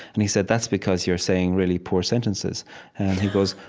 and he said, that's because you're saying really poor sentences. and he goes,